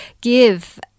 give